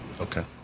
Okay